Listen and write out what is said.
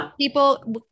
people